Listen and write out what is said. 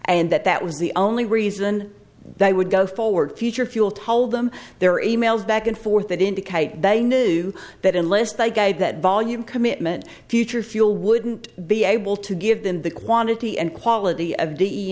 and that that was the only reason that would go forward future fuel told them there are e mails back and forth that indicate they knew that unless they gave that volume commitment future fuel wouldn't be able to give them the quantity and quality of